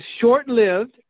short-lived